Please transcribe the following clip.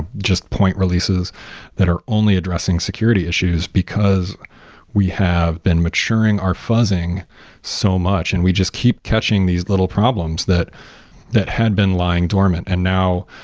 ah just point releases that are only addressing security issues, because we have been maturing our fuzzing so much and we just keep catching these little problems that that had been lying dormant. and now,